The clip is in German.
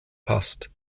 passt